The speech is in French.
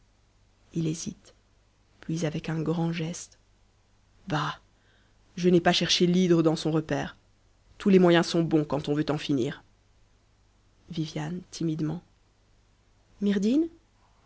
bah je n'ai pas cherché l'hydre dans son repaire tous les moyens sont bons quand on veut en finir viviane